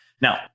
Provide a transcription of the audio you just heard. Now